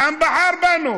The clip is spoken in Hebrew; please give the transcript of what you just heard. העם בחר בנו.